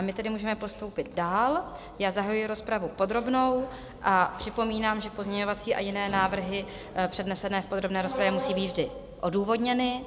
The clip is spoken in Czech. My tedy můžeme postoupit dál, zahajuji rozpravu podrobnou a připomínám, že pozměňovací a jiné návrhy přednesené v podrobné rozpravě musí být odůvodněny.